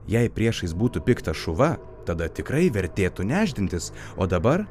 jei priešais būtų piktas šuva tada tikrai vertėtų nešdintis o dabar